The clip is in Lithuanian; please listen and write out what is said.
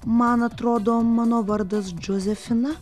man atrodo mano vardas džozefina